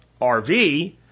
RV